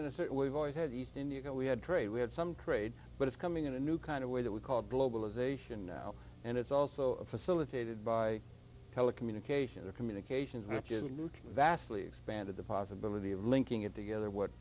that it we've always had east india we had trade we had some trade but it's coming in a new kind of way that we call globalization now and it's also facilitated by telecommunications or communications and if you look vastly expanded the possibility of linking it together what